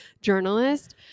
journalist